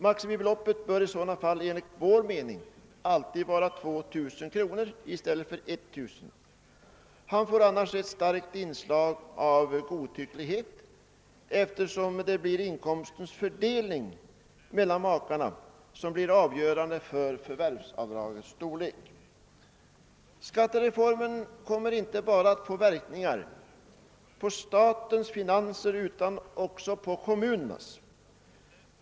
Maximibeloppet bör enligt vår mening i sådana fall alltid vara 2 000 i stället för 1000 kr. Annars får avdraget ett starkt inslag av godtycklighet, eftersom det blir inkomstens fördelning mellan makarna som blir avgörande för förvärvsavdragets storlek. Skattereformen kommer inte att få verkningar bara på statens finanser utan också på kommunernas.